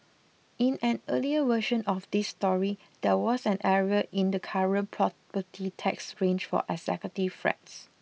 in an earlier version of this story there was an error in the current property tax range for executive flats